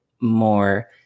more